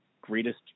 greatest